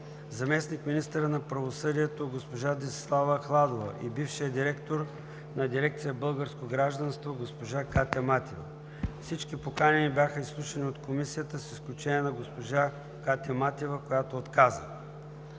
заместник-министърът на правосъдието госпожа Десислава Ахладова и бившият директор на дирекция „Българско гражданство“ госпожа Катя Матева. Всички поканени бяха изслушани от Комисията с изключение на госпожа Катя Матева, която отказа.